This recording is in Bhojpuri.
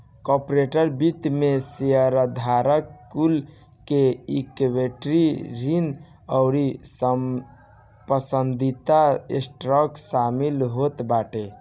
कार्पोरेट वित्त में शेयरधारक कुल के इक्विटी, ऋण अउरी पसंदीदा स्टॉक शामिल होत बाटे